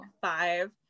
five